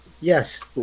Yes